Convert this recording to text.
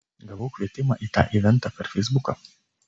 gavau kvietimą į tą eventą per feisbuką